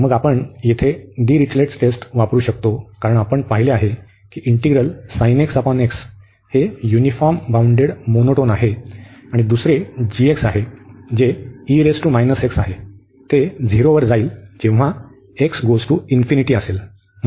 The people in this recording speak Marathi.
तर मग आपण तेथे डिरिचलेट टेस्ट वापरू शकतो कारण आपण पाहिले आहे की इंटिग्रल हे युनिफॉर्म बाउंडेड मोनोटोन आहे आणि दुसरे येथे आहे जे आहे ते झिरो वर जाईल जेव्हा x →∞ असेल